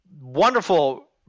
wonderful